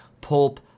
pulp